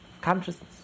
Consciousness